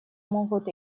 могут